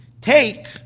take